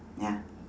ya